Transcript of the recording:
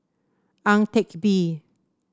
Ang Teck Bee